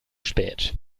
spät